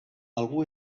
algú